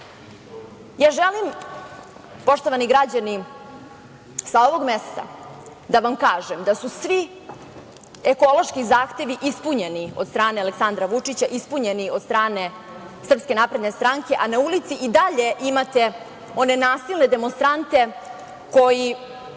želim, poštovani građani, sa ovog mesta da vam kažem da su svi ekološki zahtevi ispunjeni od strane Aleksandra Vučića, ispunjeni od strane SNS, a na ulici i dalje imate one nasilne demonstrante koji